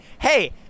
hey